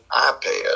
iPad